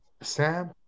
Sam